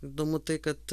įdomu tai kad